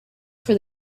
for